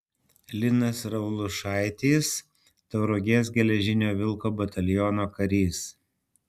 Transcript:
linas raulušaitis tauragės geležinio vilko bataliono karys